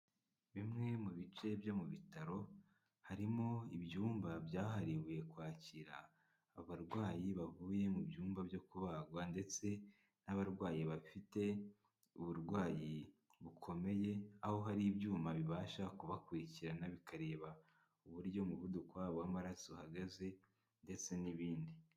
Bimwe mu bice byo mu bitaro, harimo ibyumba byahariwe kwakira abarwayi bavuye mu byumba byo kubagwa ndetse n'abarwayi bafite uburwayi bukomeye, aho hari ibyuma bibasha kubakurikirana bikareba uburyo umuvuduko wabo w'amaraso uhagaze ndetse n'ibindi.